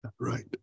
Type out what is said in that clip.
Right